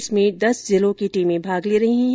इसमें दस जिलों की टीमें भाग ले रही हैं